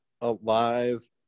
alive